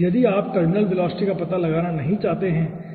यदि आप terminal velocity का पता लगाना नहीं चाहते हैं